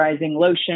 lotion